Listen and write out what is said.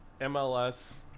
MLS